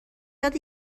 یاد